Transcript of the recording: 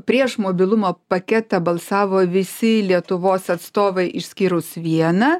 prieš mobilumo paketą balsavo visi lietuvos atstovai išskyrus vieną